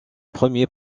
premiers